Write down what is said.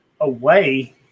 away